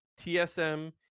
tsm